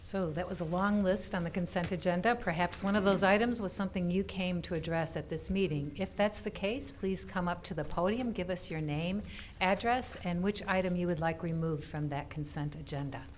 so that was a long list on the consent of gender perhaps one of those items was something you came to address at this meeting if that's the case please come up to the podium give us your name address and which item you would like remove from that consent agenda